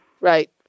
Right